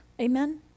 Amen